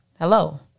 hello